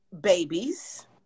babies